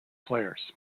players